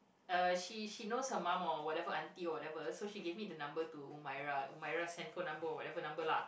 uh she she knows her mum or whatever auntie or whatever so she give me the number to Umairah Umairah's handphone number or whatever number lah